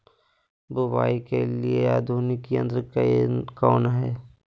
बुवाई के लिए आधुनिक यंत्र कौन हैय?